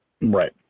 Right